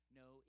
no